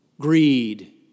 greed